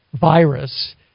virus